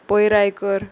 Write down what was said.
पयरायकर